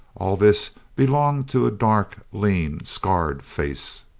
all this belonged to a dark, lean, scarred face.